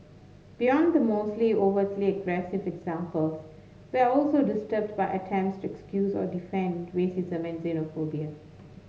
beyond the mostly overtly aggressive examples we are also disturbed by attempts to excuse or defend racism and xenophobia